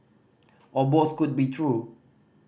or both could be true